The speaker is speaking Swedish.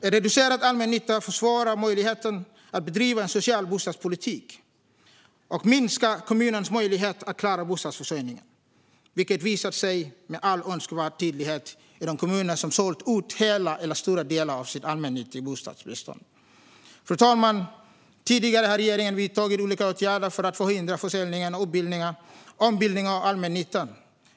En reducerad allmännytta försvårar möjligheten att bedriva en social bostadspolitik och minskar kommunernas möjlighet att klara bostadsförsörjningen, vilket har visat sig med all önskvärd tydlighet i de kommuner som sålt ut hela eller stora delar av sitt allmännyttiga bostadsbestånd. Fru talman! Tidigare har regeringen vidtagit olika åtgärder för att förhindra försäljning och ombildning av allmännyttan.